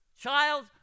child